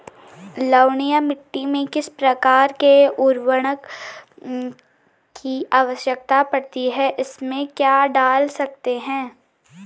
लवणीय मिट्टी में किस प्रकार के उर्वरक की आवश्यकता पड़ती है इसमें क्या डाल सकते हैं?